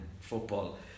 football